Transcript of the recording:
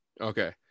Okay